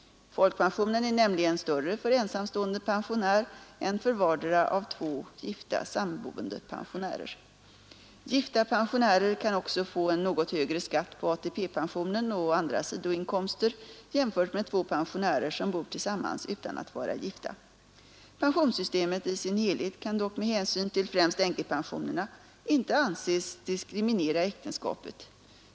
Folkpensionen är nämligen större för ensamstående pensionär än för vardera av två gifta samboende pensionärer. Gifta pensionärer kan också få en något högre skatt på ATP-pension och andra sidoinkomster jämfört med två pensionärer som bor tillsammans utan att vara gifta. Pensionssystemet i sin helhet kan dock med hänsyn till främst änkepensionerna inte anses diskriminera äktenskapet.